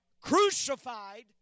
crucified